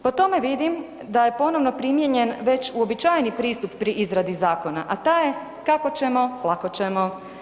Po tome vidim da je ponovno primijenjen već uobičajeni pristup pri izradi zakona, a taj je kako ćemo, lako ćemo.